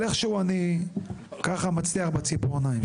אבל איכשהו אני ככה מצליח בציפורניים.